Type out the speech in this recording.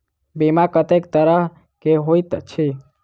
बीमा कत्तेक तरह कऽ होइत छी?